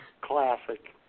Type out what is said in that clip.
Classic